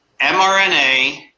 mRNA